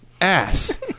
ass